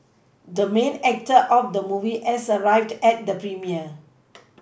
the main actor of the movie has arrived at the premiere